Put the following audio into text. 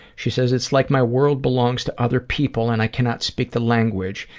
she says, it's like my world belongs to other people and i cannot speak the language,